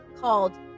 called